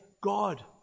God